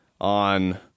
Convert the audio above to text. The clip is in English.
on